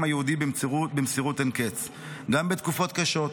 היהודי במסירות אין קץ גם בתקופות קשות,